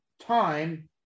time